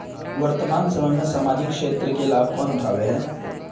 वर्तमान समय में सामाजिक क्षेत्र के लाभ कौन उठावे है?